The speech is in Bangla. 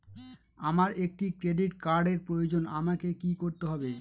আমার একটি ক্রেডিট কার্ডের প্রয়োজন আমাকে কি করতে হবে?